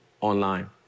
online